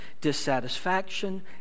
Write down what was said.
dissatisfaction